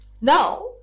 Now